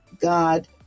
God